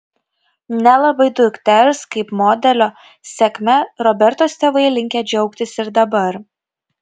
nelabai dukters kaip modelio sėkme robertos tėvai linkę džiaugtis ir dabar